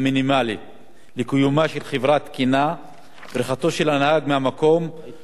בריחתו של הנהג מהמקום היא מעשה אנטי-חברתי ואנטי-מוסרי מובהק,